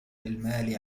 المال